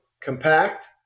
compact